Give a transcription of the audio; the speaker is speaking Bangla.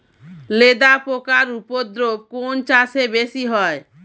লেদা পোকার উপদ্রব কোন চাষে বেশি হয়?